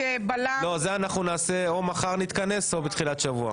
את זה או שמחר נתכנס או בתחילת שבוע.